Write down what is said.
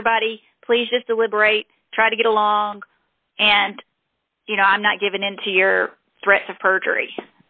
everybody please just deliberate try to get along and you know i'm not giving in to your threats of perjury